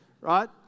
right